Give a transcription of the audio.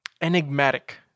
enigmatic